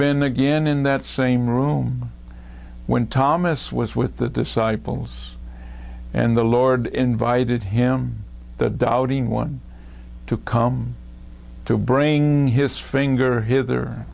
been again in that same room when thomas was with the disciples and the lord invited him doubting one to come to bring his finger hither